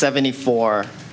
seventy four